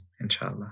inshallah